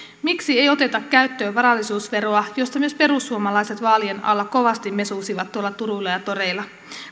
miksi ei oteta käyttöön varallisuusveroa josta myös perussuomalaiset vaalien alla kovasti mesosivat tuolla turuilla ja toreilla